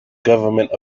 government